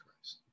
Christ